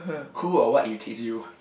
who or what irritates you